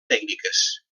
tècniques